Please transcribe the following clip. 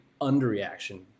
underreaction